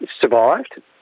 survived